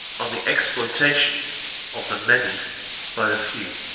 on the exploitation of the many by the few.